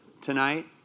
tonight